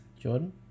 Jordan